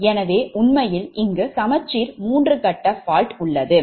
எனவே உண்மையில் இங்கு சமச்சீர் மூன்று கட்ட fault உள்ளது